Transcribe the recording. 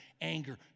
anger